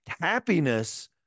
Happiness